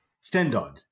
standard